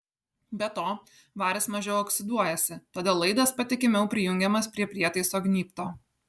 be to varis mažiau oksiduojasi todėl laidas patikimiau prijungiamas prie prietaiso gnybto